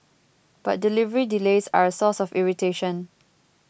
but delivery delays are a source of irritation